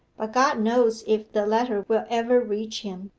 but god knows if the letter will ever reach him.